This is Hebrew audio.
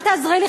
אל תעזרי לי,